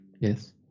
Yes